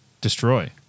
destroy